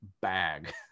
bag